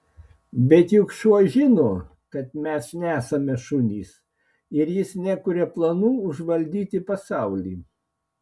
bet juk šuo žino kad mes nesame šunys ir jis nekuria planų užvaldyti pasaulį